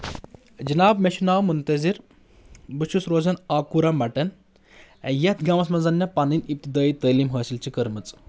جناب مےٚ چھُ ناو مُنتظِر بہٕ چھُس روزان آکوٗرا مٹن یتھ گامس منٛز مےٚ پنٕنۍ ابتِدٲٮٔی تعلیٖم حٲصِل چھِ کٔرمٕژ